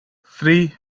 three